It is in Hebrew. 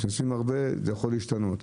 כשנשים הרבה זה יכול להשתנות.